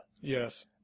Yes